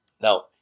Now